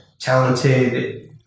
talented